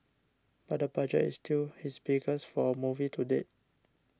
but the budget is still his biggest for a movie to date